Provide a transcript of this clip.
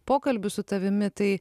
pokalbių su tavimi tai